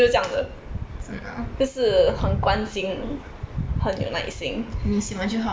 真的你喜欢就好哦